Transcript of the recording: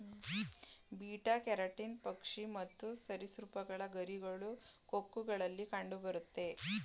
beta keratin ಪಕ್ಷಿ ಮತ್ತು ಸರಿಸೃಪಗಳ ಗರಿಗಳು, ಕೊಕ್ಕುಗಳಲ್ಲಿ ಕಂಡುಬರುತ್ತೆ